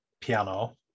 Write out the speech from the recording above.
piano